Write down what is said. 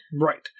Right